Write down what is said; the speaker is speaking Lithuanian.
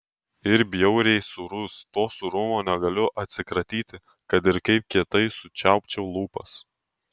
ir bjauriai sūrus to sūrumo negaliu atsikratyti kad ir kaip kietai sučiaupčiau lūpas